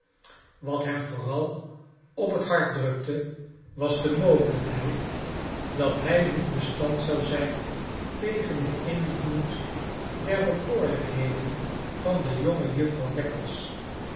wat hern vooral op het hart drukte was de mogelijkheid dat hij niet bestand zou zijn tegen den invloed der bekoorlijkheden van de